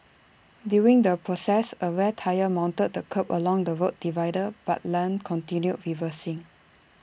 during the process A rear tyre mounted the kerb along the road divider but Lam continued reversing